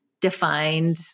defined